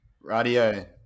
Radio